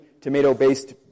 tomato-based